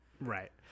Right